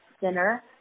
dinner